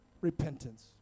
repentance